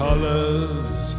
Colors